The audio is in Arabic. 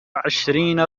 عشرين